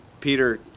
Peter